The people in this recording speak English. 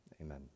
amen